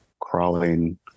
crawling